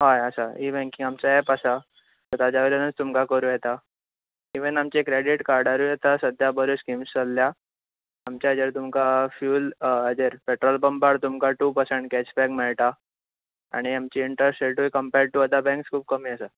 हय आसा e banking आमचो एप आसा सो ताज्या वयल्यानुच तुमका करूं येता इवन आमच्या क्रेडीट कार्डारूय आतां सद्या बऱ्यो स्किम्स चल्ल्या आमच्या हाजेर तुमकां फ्युल हाजेर पेट्रोल पंपार तुमकां टू पर्सेट कॅश बेक मेळटा आनी आमची इंट्रस्ट रेटूय कंपेर्ड टू अदर बेंक्स खूब कमी आसा